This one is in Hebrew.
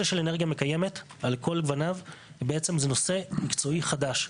של אנרגיה מקיימת על כל גווניו זה נושא מקצועי חדש,